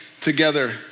together